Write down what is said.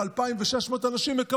כ-2,600 אנשים בסך הכול,